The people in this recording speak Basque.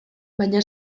baina